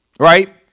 Right